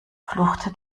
fluchte